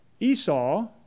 Esau